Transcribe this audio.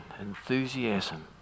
enthusiasm